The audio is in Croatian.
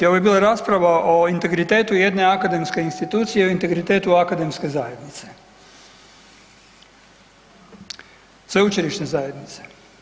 Ovo je bila rasprava o integritetu jedne akademske institucije, o integritetu akademske zajednice, sveučilišne zajednice.